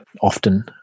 often